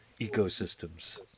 ecosystems